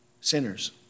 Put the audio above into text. sinners